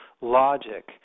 logic